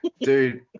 Dude